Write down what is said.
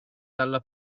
dalla